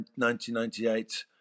1998